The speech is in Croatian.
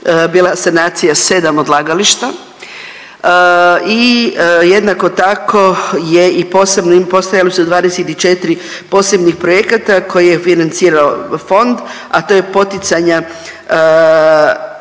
bila sanacija 7 odlagališta i jednako tako je i posebno, postojala su 24 posebnih projekata koje je financirao fond, a to je poticanja